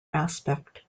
aspect